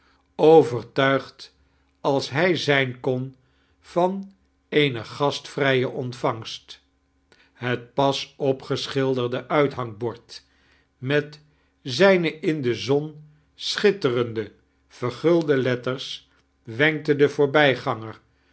overtuigd als hij zijn kon van eene gastvrije ontvangst het pas opgeschilderde uithangbord met zijne in de zon schitterende veirgulde letters wenkte den voorbijganger